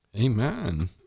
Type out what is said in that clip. Amen